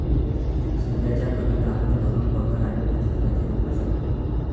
सध्याच्या घडीला आपण घरून पगार आणि बचत खाते उघडू शकतो